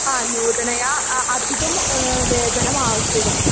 हा नूतनया अधिकं वेतनम् आवश्यकम्